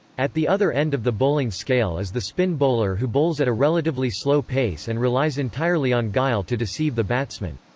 at the other end of the bowling scale is the spin bowler who bowls at a relatively slow pace and relies entirely on guile to deceive the batsman.